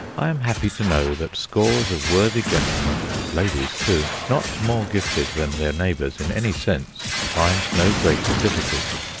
i am happy to know that scores of worthy gentlemen ladies too not more gifted than their neighbours in any sense, find no greater difficulty.